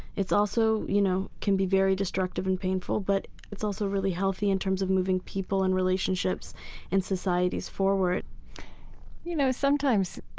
also, you know, can be very destructive and painful, but it's also really healthy in terms of moving people and relationships and societies forward you know, sometimes